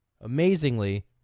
Amazingly